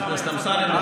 חבר הכנסת אמסלם,